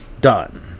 done